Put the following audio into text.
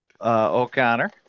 O'Connor